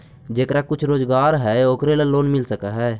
जेकरा कुछ रोजगार है ओकरे लोन मिल है?